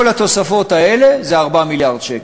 כל התוספות האלה זה 4 מיליארד שקל.